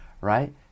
right